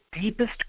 deepest